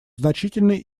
значительный